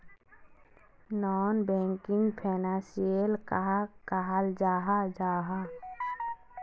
Non banking financial कहाक कहाल जाहा जाहा?